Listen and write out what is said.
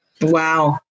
Wow